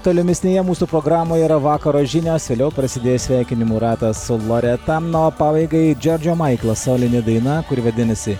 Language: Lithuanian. tolimesnėje mūsų programoje yra vakaro žinios vėliau prasidės sveikinimų ratas su loreta na o pabaigai džiordžio maiklo solinė daina kuri vadinasi